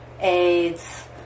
AIDS